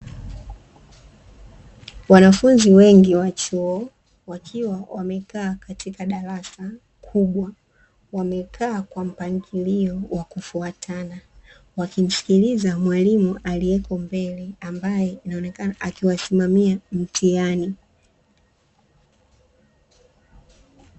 Wanafunzi wengi wa chuo wakiwa wamekaa katika darasa kubwa, wamekaa kwa mpangilio wa kufuatana wakimsikiliza mwalimu aliyeko mbele ambaye inaonekana akiwasimamia mtihani.